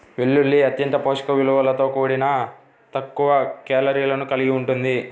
వెల్లుల్లి అత్యంత పోషక విలువలతో కూడి తక్కువ కేలరీలను కలిగి ఉంటుంది